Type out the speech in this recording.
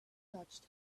touched